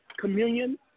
communion